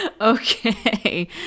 okay